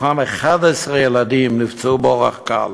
בתוכם 11 ילדים, נפצעו באורח קל.